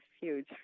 huge